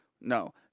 no